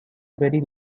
very